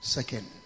Second